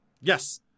Yes